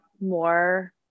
more